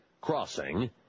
crossing